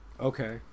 Okay